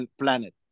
Planet